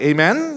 Amen